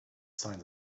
signs